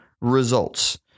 results